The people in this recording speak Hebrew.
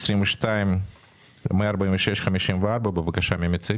שמספרה 2022-014654, לעניין סעיף 46. מי מציג?